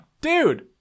Dude